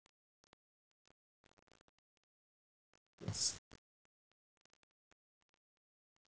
yes